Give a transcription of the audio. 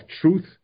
truth